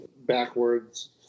backwards